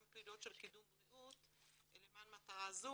פעילויות של קידום בריאות למען מטרה זו,